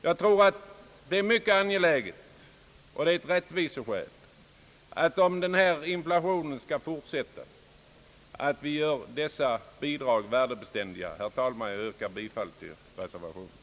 Jag tror att det är mycket angeläget — och det finns också ett rättviseskäl — att om inflationen skall fortsätta göra dessa bidrag värdebeständiga. Herr talman! Jag yrkar bifall till reservationen.